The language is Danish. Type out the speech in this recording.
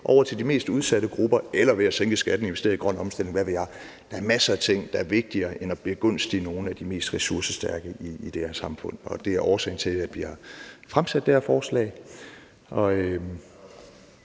over til de mest udsatte grupper – eller man kunne sænke skatten og investere i grøn omstilling, eller hvad ved jeg. Der er masser af ting, der er vigtigere end at begunstige nogle af de mest ressourcestærke i det her samfund, og det er årsagen til, at vi har fremsat det her forslag.